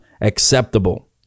acceptable